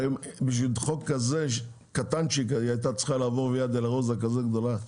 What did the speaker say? בשביל חוק כזה קטן היה הייתה צריכה לעבור ויה דולורוזה כזאת גדולה?